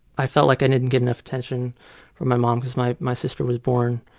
i felt like i didn't get enough attention from my mom because my my sister was born.